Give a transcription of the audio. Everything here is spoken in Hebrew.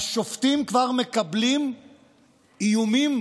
השופטים כבר מקבלים איומים